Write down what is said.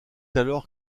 alors